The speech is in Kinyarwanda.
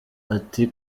ati